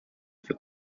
for